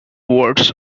words